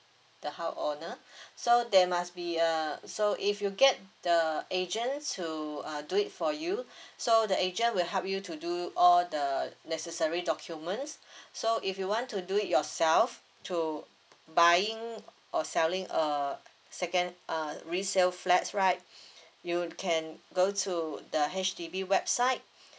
the house owner so there must be a so if you get the agent to uh do it for you so the agent will help you to do all the necessary documents so if you want to do it yourself to buying or selling a second uh resale flats right you can go to the H_D_B website